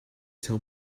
tell